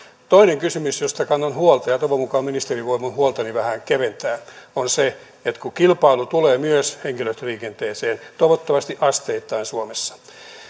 toinen kysymys josta kannan huolta ja toivon mukaan ministeri voi minun huoltani vähän keventää on se että kun kilpailu tulee myös henkilöliikenteeseen toivottavasti asteittain suomessa